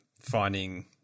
finding